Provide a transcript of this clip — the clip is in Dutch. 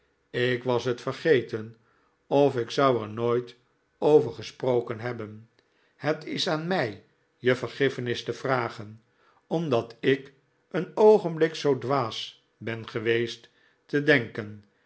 ik was het vergeten of ik zou er nooit over gesproken hebben het is aan mij je vergiffenis te vragen omdat ik een oogenblik zoo dwaas ben geweest te denken